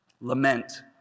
Lament